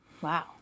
Wow